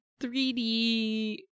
3D